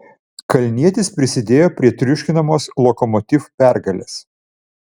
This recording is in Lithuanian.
kalnietis prisidėjo prie triuškinamos lokomotiv pergalės